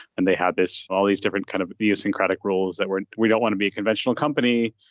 and they had this all these different kind of abuse and credit roles that were we don't want to be a conventional company.